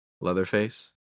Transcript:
Leatherface